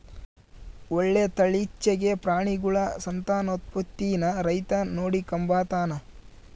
ಒಳ್ಳೆ ತಳೀಲಿಚ್ಚೆಗೆ ಪ್ರಾಣಿಗುಳ ಸಂತಾನೋತ್ಪತ್ತೀನ ರೈತ ನೋಡಿಕಂಬತಾನ